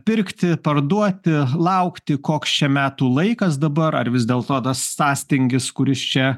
pirkti parduoti laukti koks čia metų laikas dabar ar vis dėl to tas sąstingis kuris čia